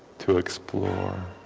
to explore